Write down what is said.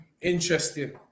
Interesting